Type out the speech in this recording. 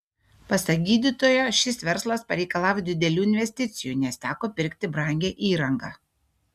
pasak gydytojo šis verslas pareikalavo didelių investicijų nes teko pirkti brangią įrangą